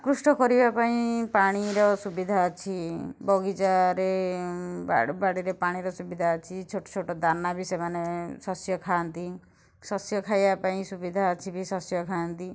ଆକୃଷ୍ଟ କରିବା ପାଇଁ ପାଣିର ସୁବିଧା ଅଛି ବଗିଚାରେ ବାଡ଼ି ବାଡ଼ିରେ ପାଣିର ସୁବିଧା ଅଛି ଛୋଟ ଛୋଟ ଦାନା ବି ସେମାନେ ଶସ୍ୟ ଖାଆନ୍ତି ଶସ୍ୟ ଖାଇବା ପାଇଁ ସୁବିଧା ଅଛି ବି ଶସ୍ୟ ଖାଆନ୍ତି